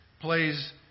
plays